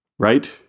Right